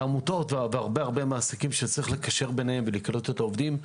העמותות והרבה הרבה מעסיקים שצריך לקשר ביניהם ולקלוט את העובדים.